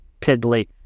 piddly